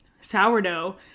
sourdough